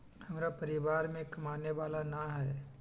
हमरा परिवार में कमाने वाला ना है?